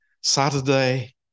Saturday